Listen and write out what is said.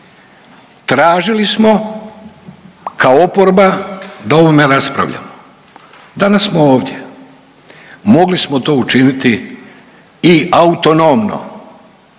Tražili smo kao oporba da o ovome raspravljamo, danas smo ovdje, mogli smo to učiniti i autonomno.